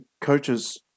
coaches